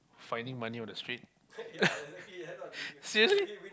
finding money on the street seriously